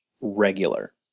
regular